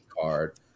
card